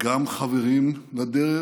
חברים לדרך,